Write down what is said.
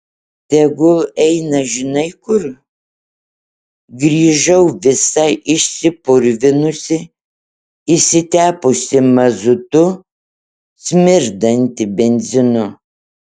tegul eina žinai kur grįžau visa išsipurvinusi išsitepusi mazutu smirdanti benzinu